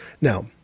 Now